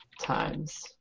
times